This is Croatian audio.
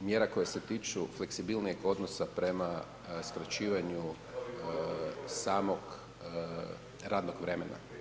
mjera koje se tiču fleksibilnijeg odnosa prema skraćivanju samog radnog vremena.